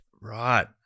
Right